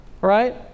right